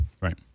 Right